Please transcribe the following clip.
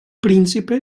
principe